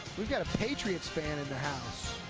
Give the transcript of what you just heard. we've got a patriots fan in the house.